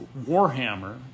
Warhammer